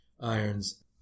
Irons